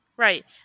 Right